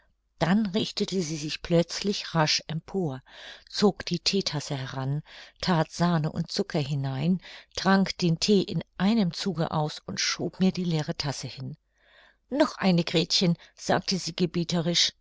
dann richtete sie sich plötzlich rasch empor zog die theetasse heran that sahne und zucker hinein trank den thee in einem zuge aus und schob mir die leere tasse hin noch eine gretchen sagte sie